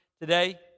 today